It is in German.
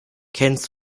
kennst